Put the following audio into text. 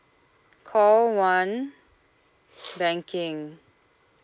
call one banking